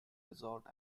resort